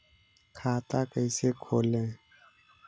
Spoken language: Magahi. खाता कैसे खोले?